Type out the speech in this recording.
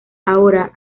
ahora